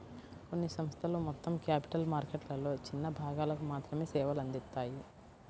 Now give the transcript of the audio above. కొన్ని సంస్థలు మొత్తం క్యాపిటల్ మార్కెట్లలో చిన్న భాగాలకు మాత్రమే సేవలు అందిత్తాయి